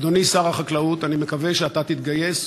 אדוני שר החקלאות, אני מקווה שאתה תתגייס.